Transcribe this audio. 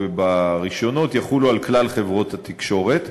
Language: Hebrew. וברישיונות יחולו על כלל חברות התקשורת.